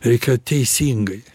reikia teisingai